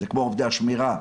כמו עובדי השמירה,